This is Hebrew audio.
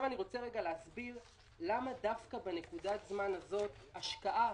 אסביר למה דווקא בנקודת הזמן הזאת השקעה